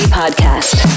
podcast